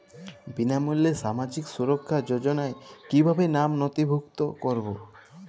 বিনামূল্যে সামাজিক সুরক্ষা যোজনায় কিভাবে নামে নথিভুক্ত করবো?